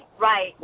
Right